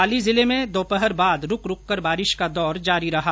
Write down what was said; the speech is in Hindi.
पाली जिले में दोपहर बाद रूक रूक कर बारिश का दौर जारी रहा